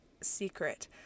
secret